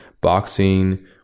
boxing